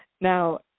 Now